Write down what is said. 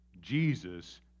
Jesus